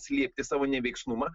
slėpti savo neveiksnumą